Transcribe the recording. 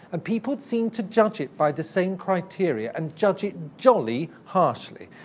ah people seem to judge it by the same criteria, and judge it jolly harshly.